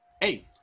Hey